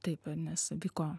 taip nes vyko